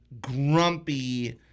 grumpy